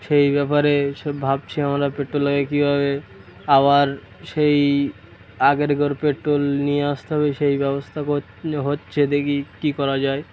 সেই ব্যাপারে সব ভাবছি আমরা পেট্রোলটাকে কীভাবে আবার সেই আগেরকার পেট্রোল নিয়ে আসতে হবে সেই ব্যবস্থা কো হচ্ছে দেখি কী করা যায়